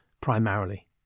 primarily